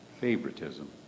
favoritism